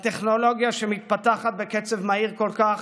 הטכנולוגיה שמתפתחת בקצב מהיר כל כך,